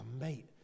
mate